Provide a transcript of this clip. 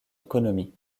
économie